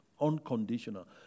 unconditional